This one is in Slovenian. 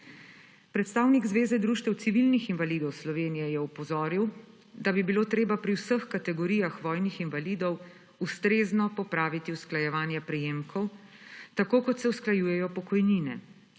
Predstavnik Zveze društev civilnih invalidov Slovenije je opozoril, da bi bilo treba pri vseh kategorijah vojnih invalidov ustrezno popraviti usklajevanje prejemkov, tako kot se usklajujejo pokojnine,